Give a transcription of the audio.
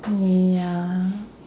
ya